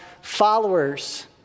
followers